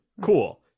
cool